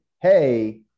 hey